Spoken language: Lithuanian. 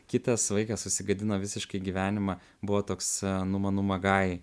kitas vaikas susigadino visiškai gyvenimą buvo toks numa numa gai